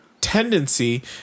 tendency